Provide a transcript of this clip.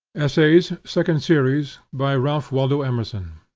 essays, second series, by ralph waldo emerson